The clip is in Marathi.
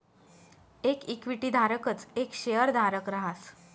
येक इक्विटी धारकच येक शेयरधारक रहास